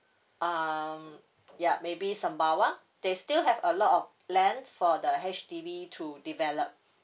um yup maybe sembawang they still have a lot of land for the H_D_B to develop